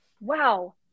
wow